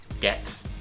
get